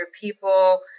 people